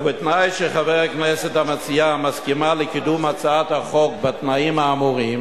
ובתנאי שחברת הכנסת המציעה מסכימה לקידום הצעת החוק בתנאים האמורים,